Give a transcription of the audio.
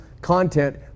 content